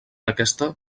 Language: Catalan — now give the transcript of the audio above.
aquesta